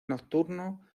nocturno